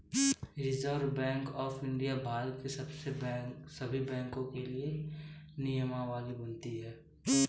reserve Bank of India Bharat के सभी बैंकों के लिए नियमावली बनाती है